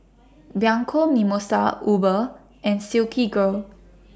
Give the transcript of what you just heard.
Bianco Mimosa Uber and Silkygirl